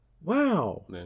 Wow